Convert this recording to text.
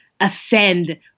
ascend